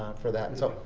for that. and so,